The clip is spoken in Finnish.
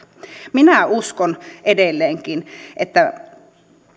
minä uskon edelleenkin että